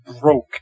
broke